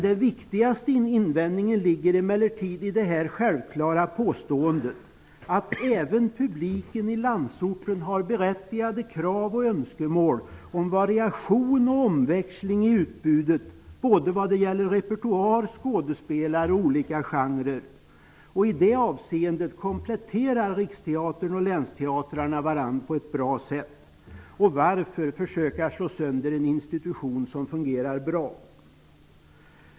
Den viktigaste invändningen ligger emellertid i det självklara påståendet att även publiken i landsorten har berättigade krav och önskemål om variation och omväxling i utbudet såväl när det gäller repertoar och skådespelare som när det gäller genre. I det avseendet kompletterar Riksteatern och länsteatrarna varandra på ett bra sätt. Varför skall man försöka slå sönder en institution som fungerar bra.